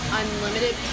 unlimited